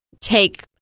take